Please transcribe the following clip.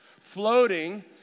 floating